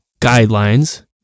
guidelines